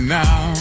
now